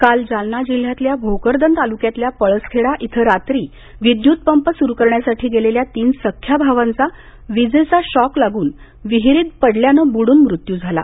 काल जालना जिल्ह्यातल्या भोकरदन तालुक्यातल्या पळसखेडा इथं रात्री विद्यतुपंप सुरु करण्यासाठी गेलेल्या तीन सख्ख्या भावांचा विजेचा शॉक लागून विहरीत पडल्यानं बुडून मृत्यू झाला